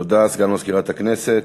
תודה, סגן מזכירת הכנסת.